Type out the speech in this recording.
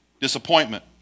disappointment